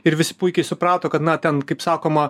ir vis puikiai suprato kad na ten kaip sakoma